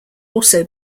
also